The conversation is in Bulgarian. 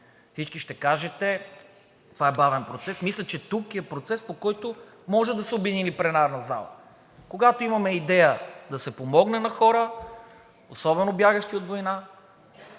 Всички ще кажете, това е бавен процес, но мисля, че тук е процес, по който може да се обедини пленарната зала. Когато имаме идея да се помогне на хора, особено бягащи от война,